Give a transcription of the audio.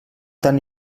tan